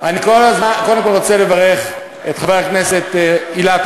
אני קודם כול רוצה לברך את חבר הכנסת אילטוב,